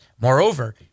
Moreover